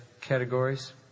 categories